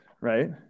right